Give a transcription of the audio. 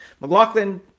McLaughlin